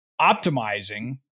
optimizing